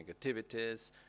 negativities